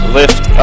lift